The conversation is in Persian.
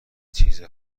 چیز